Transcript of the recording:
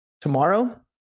tomorrow